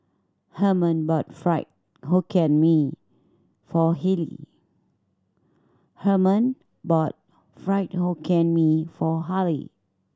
Herman bought Fried Hokkien Mee for Harley